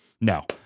No